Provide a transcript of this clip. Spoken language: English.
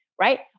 right